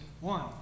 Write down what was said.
one